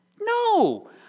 No